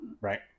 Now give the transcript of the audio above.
Right